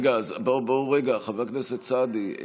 רגע, חבר הכנסת סעדי,